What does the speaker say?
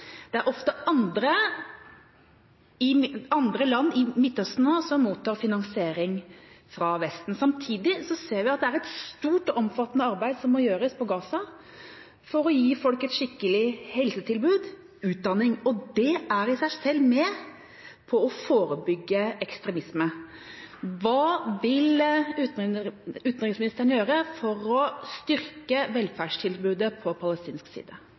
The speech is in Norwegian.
Det er ofte andre land i Midtøsten nå som mottar finansiering fra Vesten. Samtidig ser vi at det er et stort og omfattende arbeid som må gjøres på Gaza for å gi folk et skikkelig helsetilbud og utdanning, og det er i seg selv med på å forebygge ekstremisme. Hva vil utenriksministeren gjøre for å styrke velferdstilbudet på palestinsk side?